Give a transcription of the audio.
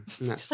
No